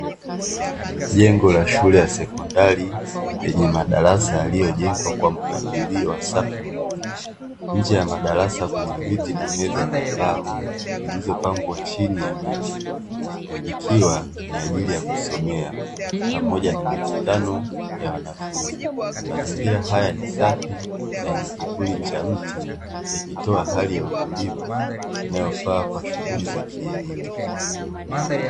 Jengo la shule ya sekondari lenye madarasa yaliyojengwa kwa mpangilio wa safu moja, nje ya madarasa kuna viti na meza za mbao zilizopangwa chini ya miti, ikiwa ni ajili ya kusomea pamoja na mkutano ya wanafunzi, mazingira haya ni safi na yenye kivuli cha mti yakitoa hali ya utulivu inayofaa kwa shughuli za kielimu.